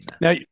Now